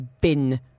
bin